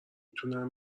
تونم